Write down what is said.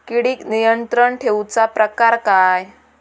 किडिक नियंत्रण ठेवुचा प्रकार काय?